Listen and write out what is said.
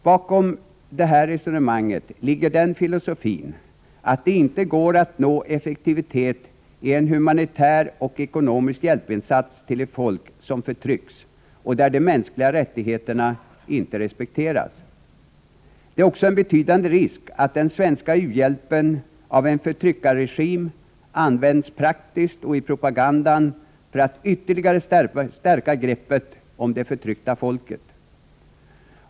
Bakom det resonemanget ligger den filosofin att det inte går att nå effektivitet i en humanitär och ekonomisk hjälpinsats till ett folk som förtrycks och ett land där de mänskliga rättigheterna inte respekteras. Det är också en betydande risk att den svenska u-hjälpen av en förtryckarregim används praktiskt och i propagandan för att ytterligare stärka greppet om det förtryckta folket.